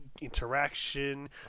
interaction